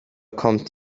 kommt